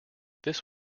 this